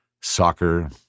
soccer